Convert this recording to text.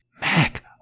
Mac